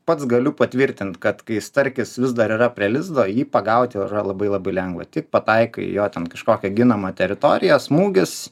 pats galiu patvirtint kad kai starkis vis dar yra prie lizdo jį pagauti yra labai labai lengva tik pataikai į jo ten kažkokią ginamą teritoriją smūgis